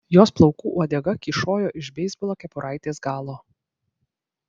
jos plaukų uodega kyšojo iš beisbolo kepuraitės galo